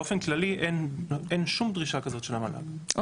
באופן כללי אין שום דרישה כזאת של המל"ג,